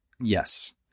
yes